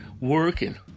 working